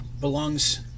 belongs